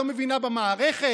לא מבינה במערכת,